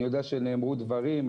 אני יודע שנאמרו דברים,